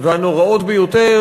והנוראות ביותר,